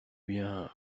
bien